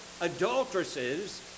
adulteresses